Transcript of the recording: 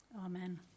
Amen